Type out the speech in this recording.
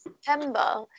September